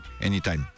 anytime